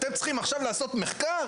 אתם צריכים לעשות עכשיו מחקר?